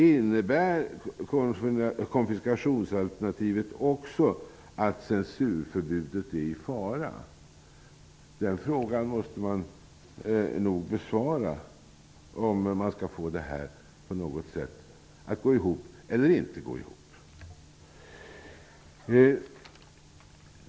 Innebär konfiskationsalternativet också att censurförbudet är i fara? Den frågan måste man nog besvara om man skall få detta att gå ihop på något sätt.